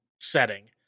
setting